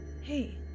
Hey